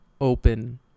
open